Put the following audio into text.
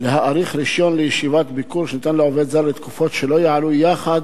להאריך רשיון לישיבת ביקור שניתן לעובד זר לתקופות שלא יעלו יחד